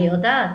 אני יודעת.